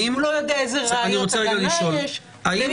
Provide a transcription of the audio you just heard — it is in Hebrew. הוא לא יודע איזה ראיות הגנה יש --- אין